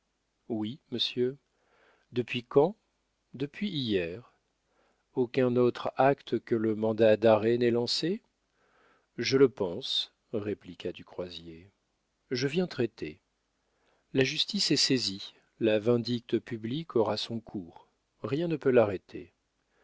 oui monsieur depuis quand depuis hier aucun autre acte que le mandat d'arrêt n'est lancé je le pense répliqua du croisier je viens traiter la justice est saisie la vindicte publique aura son cours rien ne peut l'arrêter